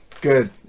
Good